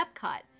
Epcot